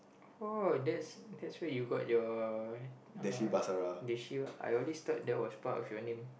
oh that's that's where you got your uh I always thought that was part of your name